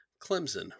Clemson